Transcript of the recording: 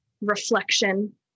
reflection